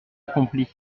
accomplit